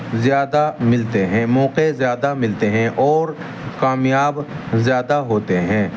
زیادہ ملتے ہیں موقعے زیادہ ملتے ہیں اور کامیاب زیادہ ہوتے ہیں